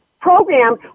program